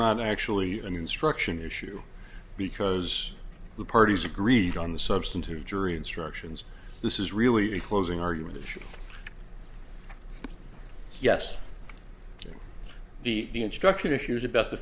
not actually an instruction issue because the parties agreed on the substantive jury instructions this is really a closing argument yes the instruction issues about t